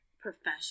professional